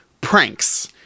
pranks